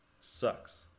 Sucks